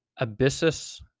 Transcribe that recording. abyssus